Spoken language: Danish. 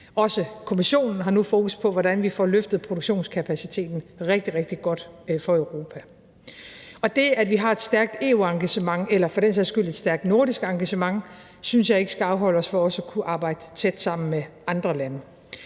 Også Kommissionen har nu fokus på, hvordan vi får løftet produktionskapaciteten, og det er rigtig, rigtig godt for Europa. Det, at vi har et stærkt EU-engagement eller for den sags skyld et stærk nordisk engagement, synes jeg ikke skal afholde os fra også at kunne arbejde tæt sammen med andre lande.